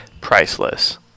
priceless